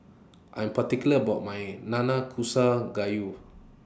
I'm particular about My Nanakusa Gayu